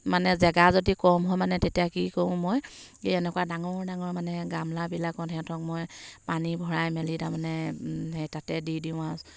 মানে জেগা যদি কম হয় মানে তেতিয়া কি কৰোঁ মই এই এনেকুৱা ডাঙৰ ডাঙৰ মানে গামলাবিলাকত সিহঁতক মই পানী ভৰাই মেলি তাৰমানে সেই তাতে দি দিওঁ আৰু